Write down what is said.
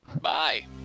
Bye